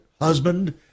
husband